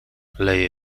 leje